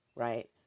Right